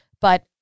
but-